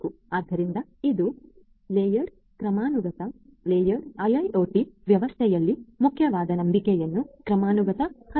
ಆದ್ದರಿಂದ ಇದು ಲೇಯರ್ಡ್ ಕ್ರಮಾನುಗತ ಲೇಯರ್ಡ್ IIoT ವ್ಯವಸ್ಥೆಯಲ್ಲಿ ಮುಖ್ಯವಾದ ನಂಬಿಕೆಯ ಕ್ರಮಾನುಗತ ಹರಿವು